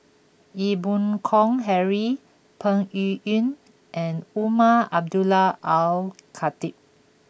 Ee Boon Kong Henry Peng Yuyun and Umar Abdullah Al Khatib